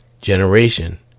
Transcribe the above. generation